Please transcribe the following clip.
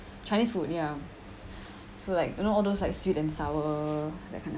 chinese food ya so like you know all those like sweet and sour that kind of